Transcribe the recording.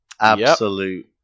Absolute